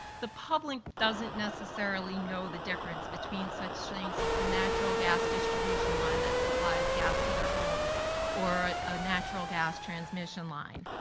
the public doesn't necessarily know the difference between such things as the natural gas distribution line that supplies gas to their homes or ah natural gas transmission line.